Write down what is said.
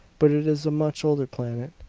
but it is a much older planet.